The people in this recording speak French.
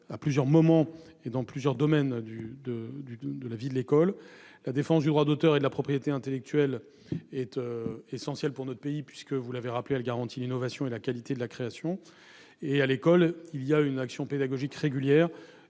à plusieurs moments et dans plusieurs domaines de la vie de l'école. La défense du droit d'auteur et de la propriété intellectuelle est essentielle pour notre pays, puisqu'elle garantit l'innovation et la qualité de la création. À l'école, une action pédagogique régulière,